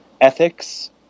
ethics